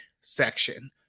section